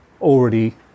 already